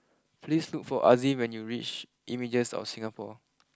please look for Azzie when you reach Images of Singapore